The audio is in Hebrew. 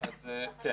אז אני